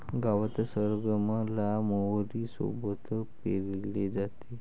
गावात सरगम ला मोहरी सोबत पेरले जाते